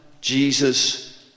Jesus